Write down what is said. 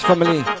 Family